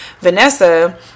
Vanessa